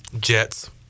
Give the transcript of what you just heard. Jets